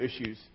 issues